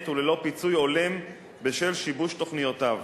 וללא פיצוי הולם בשל שיבוש תוכניותיו.